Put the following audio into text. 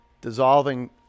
Dissolving